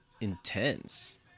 intense